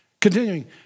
Continuing